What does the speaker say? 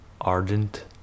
ardent